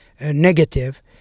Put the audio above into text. negative